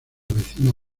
vecina